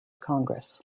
congress